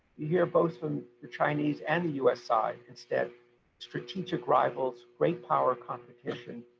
hear both from the chinese and the us side instead strategic rivals, great power competition